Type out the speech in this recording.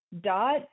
Dot